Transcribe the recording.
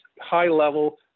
high-level